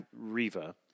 Riva